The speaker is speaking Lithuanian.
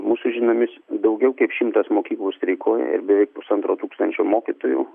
mūsų žiniomis daugiau kaip šimtas mokyklų streikuoja ir beveik pusantro tūkstančio mokytojų